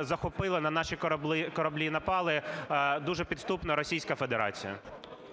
захопили, на наші кораблі напали дуже підступно Російська Федерація.